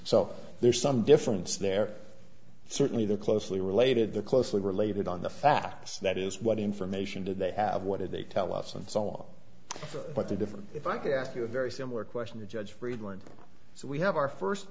so there's some difference there certainly they're closely related they're closely related on the facts that is what information do they have what did they tell us and so on but the difference if i could ask you a very similar question to judge friedman so we have our first